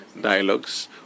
dialogues